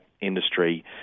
industry